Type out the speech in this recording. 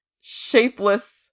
shapeless